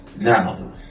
Now